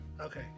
Okay